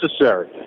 necessary